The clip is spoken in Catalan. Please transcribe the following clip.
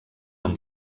amb